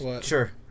Sure